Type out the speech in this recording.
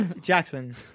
Jackson